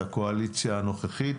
הקואליציה הנוכחית,